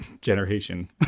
generation